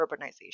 urbanization